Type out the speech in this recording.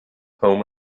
home